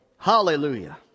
Hallelujah